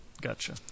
Gotcha